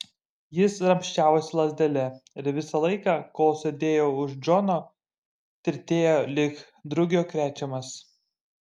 jis ramsčiavosi lazdele ir visą laiką kol sėdėjo už džono tirtėjo lyg drugio krečiamas